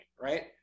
right